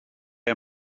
are